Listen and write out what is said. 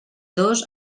dos